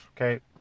Okay